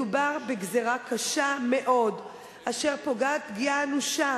מדובר בגזירה קשה מאוד אשר פוגעת פגיעה אנושה